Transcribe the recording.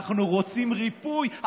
אנחנו רוצים ריפוי.